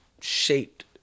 shaped